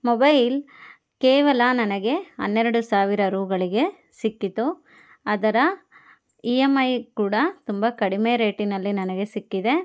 mobile ಕೇವಲ ನನಗೆ ಹನ್ನೆರಡು ಸಾವಿರ ರೂಗಳಿಗೆ ಸಿಕ್ಕಿತ್ತು ಅದರ ಇ ಎಮ್ ಐ ಕೂಡ ತುಂಬ ಕಡಿಮೆ ರೇಟಿನಲ್ಲಿ ನನಗೆ ಸಿಕ್ಕಿದೆ